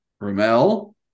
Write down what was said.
Ramel